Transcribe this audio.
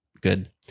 good